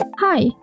hi